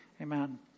Amen